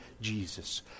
Jesus